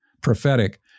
prophetic